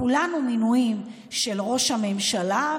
כולנו מינויים של ראש הממשלה,